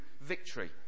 victory